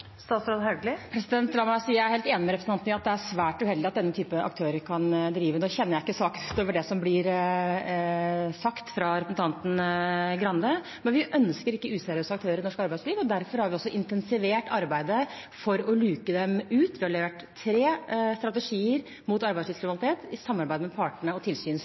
La meg si: Jeg er helt enig med representanten i at det er svært uheldig at denne type aktører kan drive. Jeg kjenner ikke saken utover det som blir sagt av representanten Grande, men vi ønsker ikke useriøse aktører i norsk arbeidsliv. Derfor har vi også intensivert arbeidet for å luke dem ut. Vi har levert tre strategier mot arbeidslivskriminalitet, i samarbeid med partene og